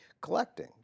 collecting